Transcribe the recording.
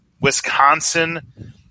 Wisconsin